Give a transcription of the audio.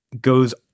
goes